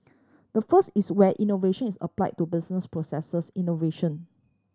the first is where innovation is apply to business processes innovation